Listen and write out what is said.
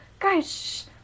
guys